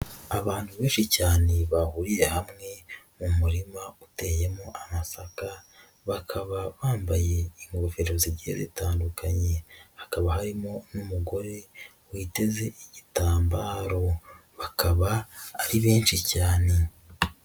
Abantu benshi cyane bahuriye hamwe mu murima uteyemo amasaka, bakaba bambaye ingofero zigiye zitandukanye hakaba harimo n'umugore witeze igitambaro, bakaba ari benshi cyane.